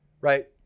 Right